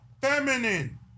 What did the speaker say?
feminine